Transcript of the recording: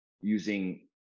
using